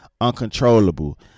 uncontrollable